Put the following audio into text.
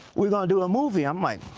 we're going to do a movie. i'm like,